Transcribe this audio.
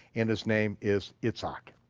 and his name is yitzhak.